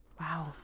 Wow